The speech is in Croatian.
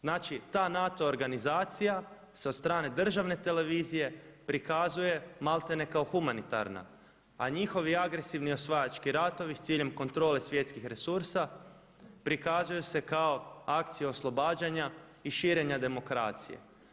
Znači ta NATO organizacija sa od strane državne televizije prikazuje malterne kao humanitarna a njihovi agresivni osvajački ratovi sa ciljem kontrole svjetskih resursa prikazuju se kao akcije oslobađanja i širenja demokracije.